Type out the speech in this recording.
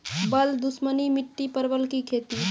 बल दुश्मनी मिट्टी परवल की खेती?